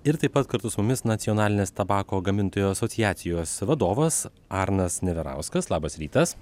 ir taip pat kartu su mumis nacionalinės tabako gamintojų asociacijos vadovas arnas neverauskas labas rytas